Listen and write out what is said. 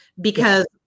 because-